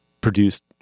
produced